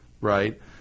right